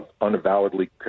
unavowedly